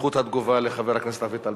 זכות התגובה לחבר הכנסת אביטל.